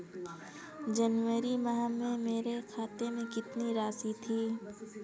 जनवरी माह में मेरे खाते में कितनी राशि थी?